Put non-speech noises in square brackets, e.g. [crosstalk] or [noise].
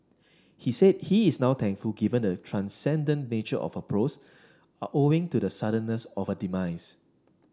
he said he is now thankful given the transcendent nature of her prose [unintelligible] owing to the suddenness of her demise